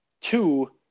Two